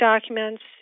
documents